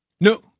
No